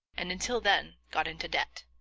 and until then got into debt.